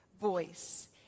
voice